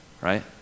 right